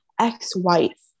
ex-wife